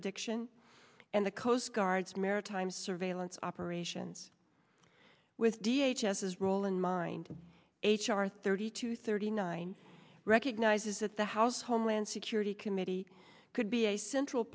interdiction and the coast guard's maritime surveillance operations with d h as his role in mind h r thirty two thirty nine recognizes that the house homeland security committee could be a central